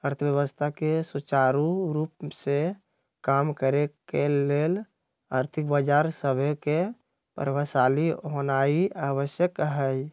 अर्थव्यवस्था के सुचारू रूप से काम करे के लेल आर्थिक बजार सभके प्रभावशाली होनाइ आवश्यक हइ